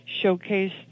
showcase